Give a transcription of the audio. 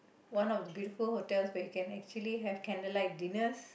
one of the beautiful hotel where you can actually have candle light dinners